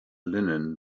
linen